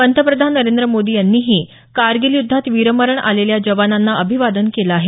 पंतप्रधान नरेंद्र मोदी यांनीही कारगिल युद्धात वीरमरण आलेल्या जवानांना अभिवादन केलं आहे